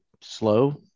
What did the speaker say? slow